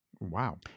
wow